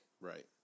Right